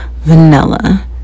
vanilla